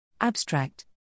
Abstract